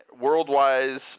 worldwide